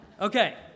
Okay